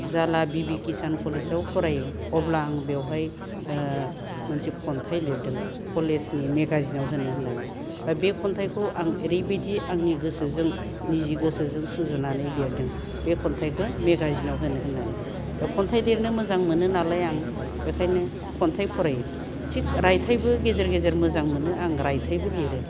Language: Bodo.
जाला बिबि किसान कजेलाव फरायो अब्ला आं बेवहाय ओ मोनसे खन्थाइ लिरदों कलेजनि मेगाजिनाव होनो होननानै दा बे खन्थाइखौ आं ओरैबायदि आंनि गोसोजों निजे गोसोजों सुजुनानै लिरदों बे खन्थाइखो मेगाजिनाव होनो होननानै दा खन्थाइ लिरनो मोजां मोनोनालाय आं बेखायनो खन्थाइ फरायो थिग रायथाइबो गेजेर गेजेर मोजां मोनो आं रायथाइबो लिरो